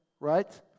right